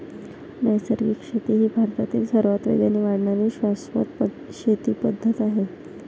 नैसर्गिक शेती ही भारतातील सर्वात वेगाने वाढणारी शाश्वत शेती पद्धत आहे